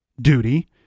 duty